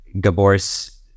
Gabor's